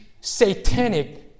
satanic